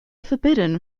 forbidden